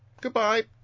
Goodbye